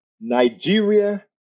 Nigeria